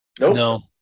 No